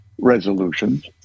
resolutions